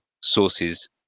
sources